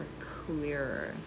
clearer